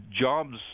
jobs